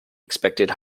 expected